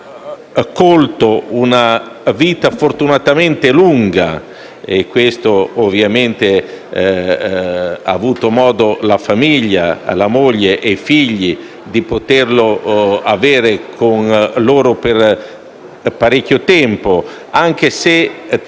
vissuto una vita fortunatamente lunga e ovviamente ciò ha dato modo alla famiglia, alla moglie e ai figli di poterlo avere con loro per parecchio tempo, anche se